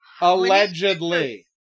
allegedly